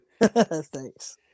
Thanks